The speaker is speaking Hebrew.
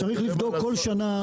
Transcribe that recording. צריך לבדוק כל שנה,